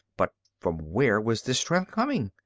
but from where was this strength coming?